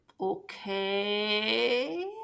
okay